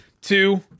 two